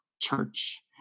church